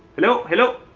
hello? hello?